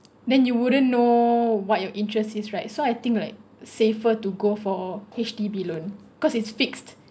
then you wouldn't know what your interest is right so I think like safer to go for H_D_B loan cause it's fixed